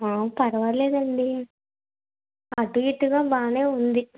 పర్వాలేదండి అటు ఇటుగా బాగానే ఉంది